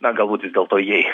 na galbūt vis dėlto jei